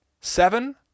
seven